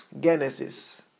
Genesis